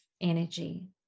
energy